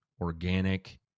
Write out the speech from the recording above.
organic